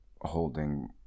holding